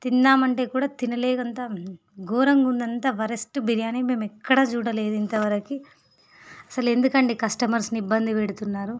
తిందామంటే కూడా తినలేనంత ఘోరంగా ఉంది అంత వరెస్ట్ బిర్యానీ మేము ఎక్కడా చూడలేదు ఇంతవరకి అసలు ఎందుకండి కస్టమర్స్ని ఇబ్బంది పెడుతున్నారు